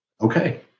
Okay